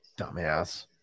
dumbass